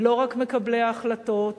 לא רק למקבלי ההחלטות,